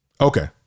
okay